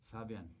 Fabian